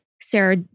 Sarah